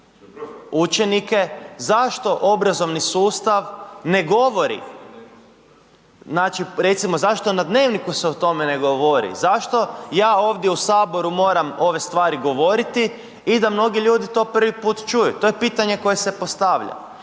učenike, zašto obrazovni sustav ne govori, znači recimo zašto na dnevniku se o tome ne govori, zašto ja ovdje u saboru moram ove stvari govoriti i da mnogi ljudi to prvi put čuju, to je pitanje koje se postavlja.